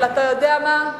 אבל אתה יודע מה,